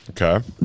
Okay